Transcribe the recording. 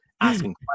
asking